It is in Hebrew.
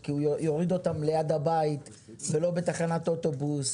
כי הוא יוריד אותם ליד הבית ולא בתחנת אוטובוס,